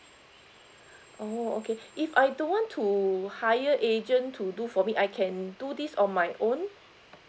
oh okay if I don't want to hire agent to do for me I can do this on my own